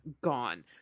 gone